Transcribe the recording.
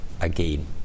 again